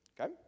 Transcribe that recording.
Okay